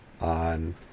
on